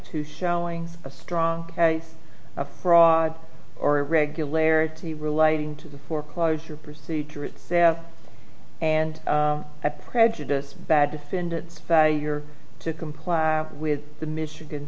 to showing a strong case of fraud or irregularity relating to the foreclosure procedure itself and at prejudiced bad defendant you're to comply with the michigan